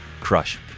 Crush